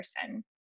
person